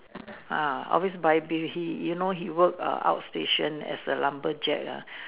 ah always buy beef he you know he work err outstation as a lumberjack ah